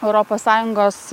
europos sąjungos